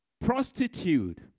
prostitute